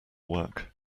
work